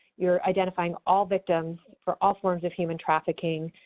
you're identifying all victims for all forms of human trafficking.